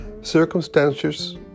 Circumstances